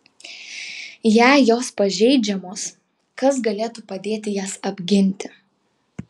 jei jos pažeidžiamos kas galėtų padėti jas apginti